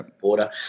border